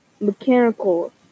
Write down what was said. Mechanical